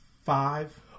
five